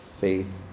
faith